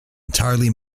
entirely